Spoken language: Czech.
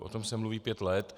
O tom se mluví pět let.